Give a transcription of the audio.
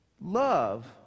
love